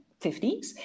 50s